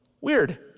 Weird